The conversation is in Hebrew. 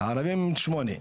הערבים שמונה.